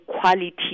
quality